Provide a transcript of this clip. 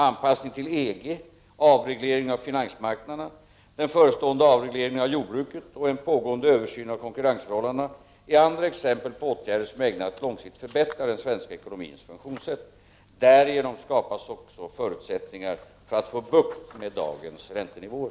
Anpassningen till EG, avregleringen av finansmarknaderna, den förestående avregleringen av jordbruket och en pågående översyn av konkurrensförhållandena är andra exempel på åtgärder som är ägnade att långsiktigt förbättra den svenska ekonomins funktionssätt. Därigenom skapas också förutsättningar för att få bukt med dagens räntenivåer.